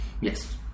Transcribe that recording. Yes